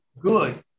good